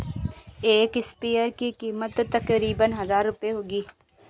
एक स्प्रेयर की कीमत तकरीबन हजार रूपए होगी